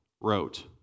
wrote